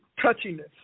Touchiness